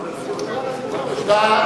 תודה.